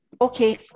Okay